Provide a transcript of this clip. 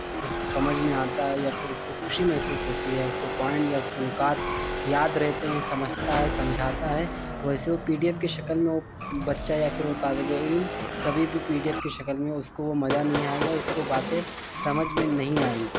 اس کو سمجھ میں آتا ہے یا پھر اس کو خوشی محسوس ہوتی ہے یا اس کو پوائنٹ یا اس کو نکات یاد رہتے ہیں سمجھتا ہے سمجھاتا ہے ویسے وہ پی ڈی ایف کی شکل میں بچہ یا پھر وہ طالب علم کبھی بھی پی ڈی ایف کی شکل میں اس کو وہ مزہ نہیں آئے گا اس کو باتیں سمجھ میں نہیں آئیں گی